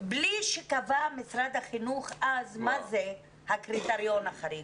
בלי שקבע אז משרד החינוך מה זה הקריטריון החריג.